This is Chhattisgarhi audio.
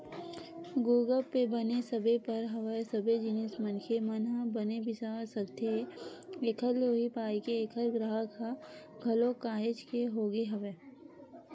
गुगप पे बने सबे बर हवय सबे जिनिस मनखे मन ह बने बिसा सकथे एखर ले उहीं पाय के ऐखर गराहक ह घलोक काहेच के होगे हवय